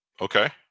Okay